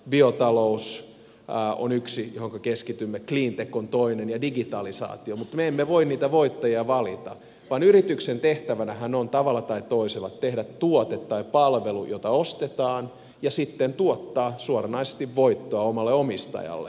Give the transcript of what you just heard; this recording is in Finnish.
biotalous on yksi johonka keskitymme cleantech on toinen ja digitalisaatio mutta me emme voi niitä voittajia valita vaan yrityksen tehtävänähän on tavalla tai toisella tehdä tuote tai palvelu jota ostetaan ja sitten tuottaa suoranaisesti voittoa omalle omistajalleen